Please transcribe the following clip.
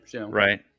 Right